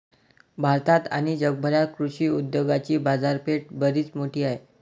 भारतात आणि जगभरात कृषी उद्योगाची बाजारपेठ बरीच मोठी आहे